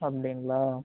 அப்டீங்களா